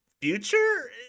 future